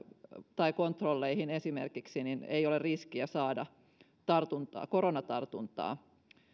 tai kontrolleihin esimerkiksi niin ei ole riskiä saada koronatartuntaa